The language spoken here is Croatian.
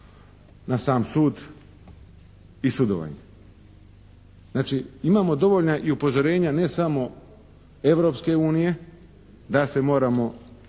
na sam sud i sudovanje. Znači, imamo dovoljna i upozorenja ne samo Europske unije da se moramo